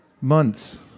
months